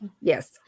yes